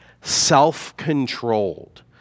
self-controlled